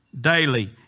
daily